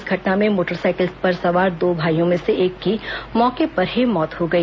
इस घटना में मोटरसाइकिल पर सवार दो भाईयों में से एक की मौके पर ही मौत हो गई